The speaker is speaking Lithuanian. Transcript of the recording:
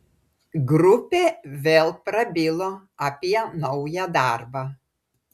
grupė vėl prabilo apie naują darbą